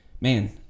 Man